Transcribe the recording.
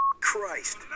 Christ